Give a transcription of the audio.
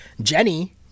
Jenny